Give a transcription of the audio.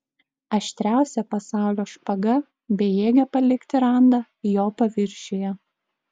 aštriausia pasaulio špaga bejėgė palikti randą jo paviršiuje